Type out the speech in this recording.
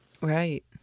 Right